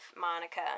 Monica